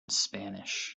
spanish